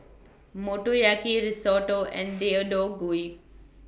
Motoyaki Risotto and Deodeok Gui